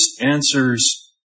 answers